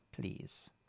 Please